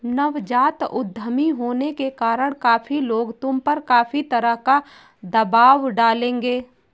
नवजात उद्यमी होने के कारण काफी लोग तुम पर काफी तरह का दबाव डालेंगे